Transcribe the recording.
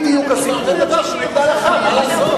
זה לא, אתה אומר דבר שהוא נגד ההלכה, מה לעשות?